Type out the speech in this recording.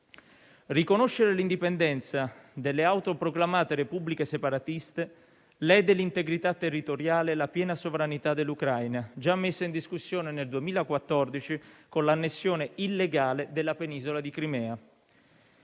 Riconoscere l'indipendenza delle autoproclamate repubbliche separatiste lede l'integrità territoriale e la piena sovranità dell'Ucraina, già messa in discussione nel 2014 con l'annessione illegale della penisola di Crimea.